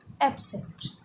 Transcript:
absent